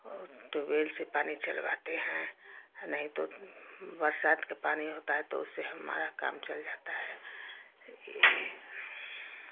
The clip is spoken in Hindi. ट्यूबवेल से पानी चलवाते हैं नहीं तो बरसात के पानी होता है तो उससे हमारा काम चल जाता है ये